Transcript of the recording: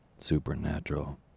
supernatural